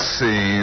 see